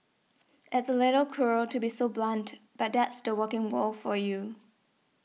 it's a little cruel to be so blunt but that's the working world for you